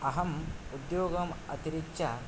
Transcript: अहम् उद्योगम् अतिरिच्य